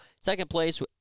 second-place